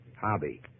Hobby